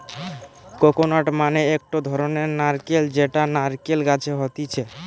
coconut মানে একটো ধরণের নারকেল যেটা নারকেল গাছে হতিছে